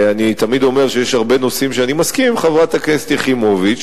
אני תמיד אומר שיש הרבה נושאים שבהם אני מסכים עם חברת הכנסת יחימוביץ,